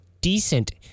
decent